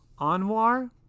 Anwar